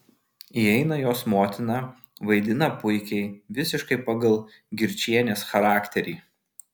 įeina jos motina vaidina puikiai visiškai pagal girčienės charakterį